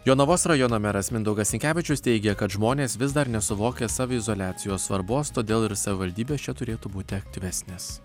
jonavos rajono meras mindaugas sinkevičius teigia kad žmonės vis dar nesuvokia saviizoliacijos svarbos todėl ir savivaldybės čia turėtų būti aktyvesnės